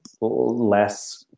less